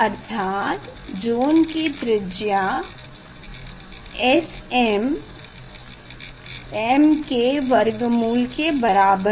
अर्थात ज़ोन की त्रिज्या sm m के वर्गमूल के बराबर है